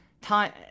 time